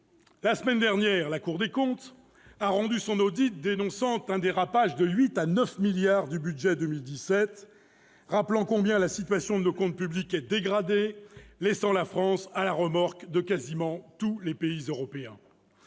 La semaine dernière, la Cour des comptes a rendu son audit dénonçant un dérapage de 8 milliards à 9 milliards d'euros du budget 2017, rappelant combien la situation de nos comptes publics est dégradée, laissant la France à la remorque de quasiment tous les pays européens.